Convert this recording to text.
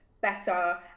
better